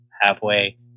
halfway